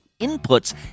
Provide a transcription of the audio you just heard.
inputs